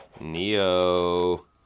NEO